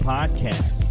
Podcast